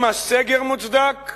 אם הסגר מוצדק,